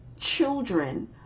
children